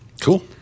Cool